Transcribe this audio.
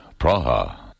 Praha